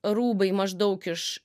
rūbai maždaug iš